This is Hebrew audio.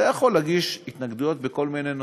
אתה יכול להגיש התנגדויות בכל מיני נושאים,